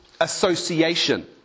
association